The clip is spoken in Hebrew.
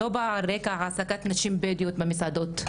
לא בא על רקע העסקת נשים בדואיות במסעדות.